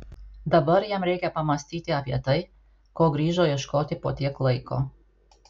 dabar jam reikia pamąstyti apie tai ko grįžo ieškoti po tiek laiko